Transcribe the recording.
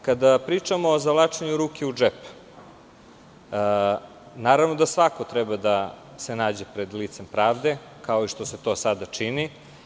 Kada pričamo o zavlačenju ruke u džep, naravno da svako treba da se nađe pred licem pravde, kao što se to i sada čini.